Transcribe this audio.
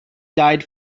died